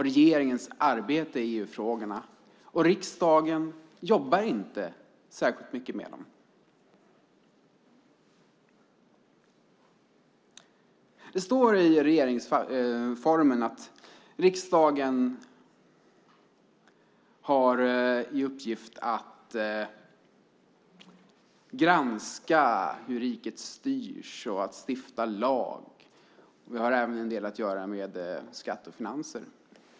Regeringens arbete i EU-frågorna dominerar; riksdagen jobbar inte särskilt mycket med dem. Det står i regeringsformen att riksdagen har i uppgift att granska hur riket styrs och att stifta lag. Vi har även en del att göra med skatter och finanser.